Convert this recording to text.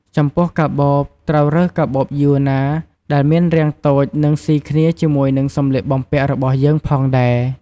ចំពោះកាបូបត្រូវរើសកាបូបយួរដៃណាដែលមានរាងតូចនិងសុីគ្នាជាមួយនិងសម្លៀកបំពាក់របស់យើងផងដែរ។